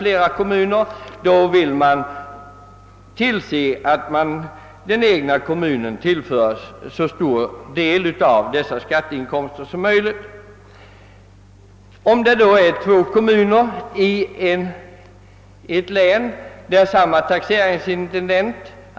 — En kommun vill exempelvis se till att så stor del av skatten från ett företag, som taxeras i flera kommuner, tillförs den egna kommunen.